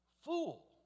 fool